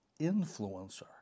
influencer